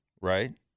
right